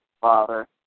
Father